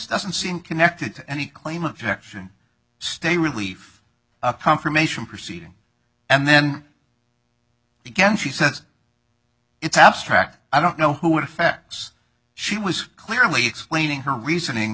doesn't seem connected to any claim objection stay relief confirmation proceeding and then again she says it's abstract i don't know who it affects she was clearly explaining her reasoning